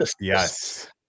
yes